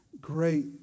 great